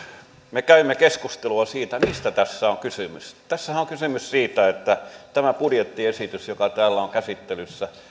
me käymme keskustelua siitä mistä tässä on kysymys tässähän on kysymys siitä että tällä budjettiesityksellä joka täällä on käsittelyssä